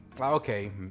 Okay